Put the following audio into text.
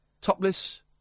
topless